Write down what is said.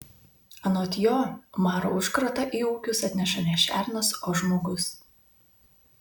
anot jo maro užkratą į ūkius atneša ne šernas o žmogus